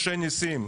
משה נסים.